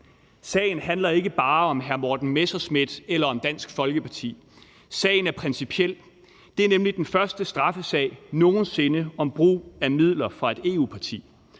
Sagen handler ikke bare om hr. Morten Messerschmidt eller om Dansk Folkeparti. Sagen er principiel. Det er nemlig den første straffesag nogen sinde om brug af midler fra et EU-parti.